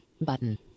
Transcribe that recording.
button